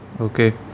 Okay